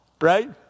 right